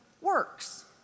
works